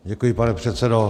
Děkuji, pane předsedo.